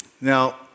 Now